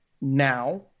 now